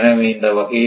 எனவே இந்த வகையில்